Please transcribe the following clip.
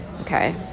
Okay